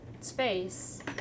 space